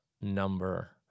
number